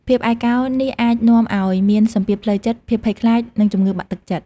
ភាពឯកោនេះអាចនាំឲ្យមានសម្ពាធផ្លូវចិត្ត ភាពភ័យខ្លាច និងជំងឺបាក់ទឹកចិត្ត។